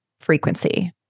frequency